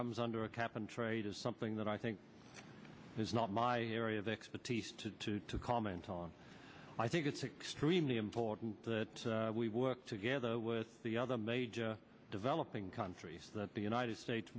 comes under a cap and trade is something that i think is not my area of expertise to two to comment on i think it's extremely important that we work together with the other major developing countries that the united states